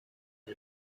you